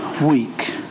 week